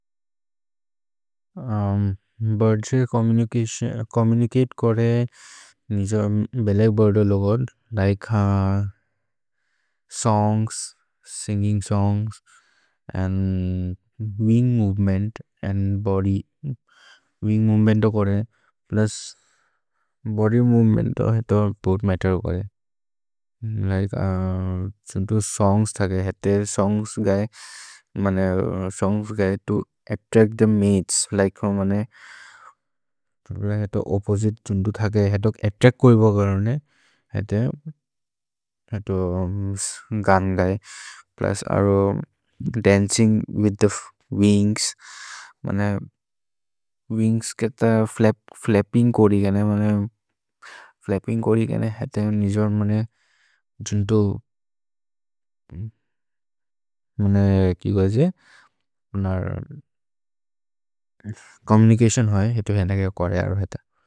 भुत् जे चोम्मुनिचते करे निज बेल एक् बिर्दो लोगद् like songs, singing songs and wing movement and body wing movement तो करे। प्लुस् बोद्य् मोवेमेन्त् तो है तो बोथ् मत्तेर् करे लिके छुन्तु सोन्ग्स् थगे सोन्ग्स् गये तो अत्त्रच्त् थे मतेस् लिके छुन्तु ओप्पोसिते छुन्तु थगे है। तो अत्त्रच्त् कोइ ब करे है तो गान् गये प्लुस् अरो dancing with the wings wings के फ्लप्पिन्ग् कोरि केने फ्लप्पिन्ग् कोरि। केने है तो निजोर् छुन्तु चोम्मुनिचतिओन् होये है तो करे अरो है त।